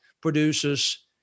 produces